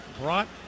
Brought